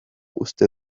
uste